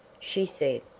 she said.